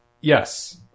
Yes